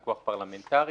פיקוח פרלמנטרי.